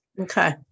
okay